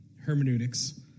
hermeneutics